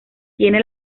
tiene